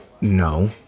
No